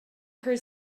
her